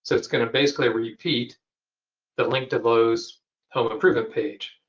so it's going to basically repeat the linked to lowe's home improvement page.